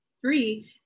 Three